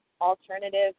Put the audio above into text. Alternative